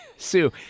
Sue